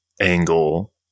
angle